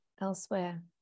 elsewhere